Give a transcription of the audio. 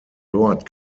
dort